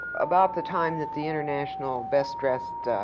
about the time that the international best dressed